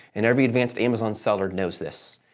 and every advanced amazon seller knows this.